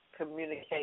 communicate